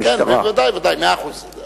תודה לאדוני היושב-ראש ותודה לשר.